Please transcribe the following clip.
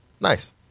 nice